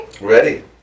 Ready